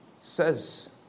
says